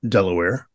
Delaware